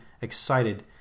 excited